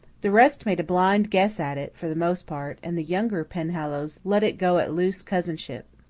the rest made a blind guess at it, for the most part, and the younger penhallows let it go at loose cousinship.